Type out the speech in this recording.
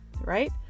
right